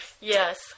Yes